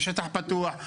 בשטח פתוח,